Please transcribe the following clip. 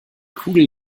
kugel